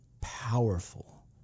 powerful